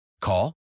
Call